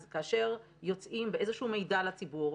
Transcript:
אז כאשר יוצאים באיזשהו מידע לציבור,